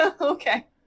Okay